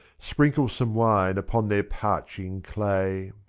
sprinkle some wine upon their parching clay.